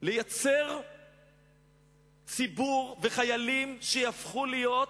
לייצר ציבור וחיילים שיהפכו להיות